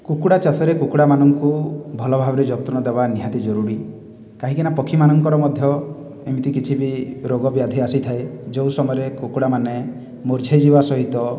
କୁକୁଡ଼ା ଚାଷରେ କୁକୁଡ଼ାମାନଙ୍କୁ ଭଲ ଭାବରେ ଯତ୍ନ ଦେବା ନିହାତି ଜରୁରୀ କାହିଁକି ନା ପକ୍ଷୀମାନଙ୍କର ମଧ୍ୟ ଏମିତି କିଛି ବି ରୋଗ ବ୍ୟାଧି ଆସିଥାଏ ଯେଉଁ ସମୟରେ କୁକୁଡ଼ାମାନେ ମୂର୍ଛେଇ ଯିବା ସହିତ